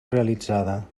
realitzada